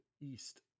east